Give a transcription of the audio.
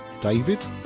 David